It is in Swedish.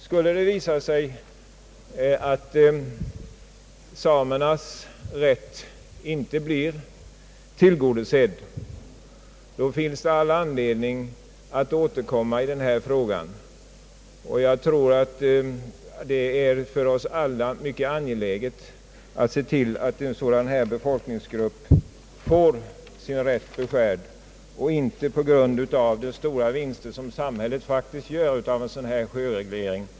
Skulle det visa sig att samernas rätt inte blir tillgodosedd, finns det all anledning att återkomma i denna fråga. Jag tror att det för oss alla är mycket angeläget att se till att en folkgrupp som denna får sin rätt och inte kom mer i kläm på grund av de stora vinster som samhället faktiskt gör av denna sjöreglering.